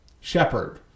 shepherd